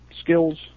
skills